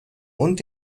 und